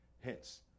Hence